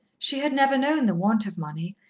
she had never known the want of money,